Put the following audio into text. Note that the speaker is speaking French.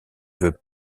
veux